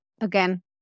again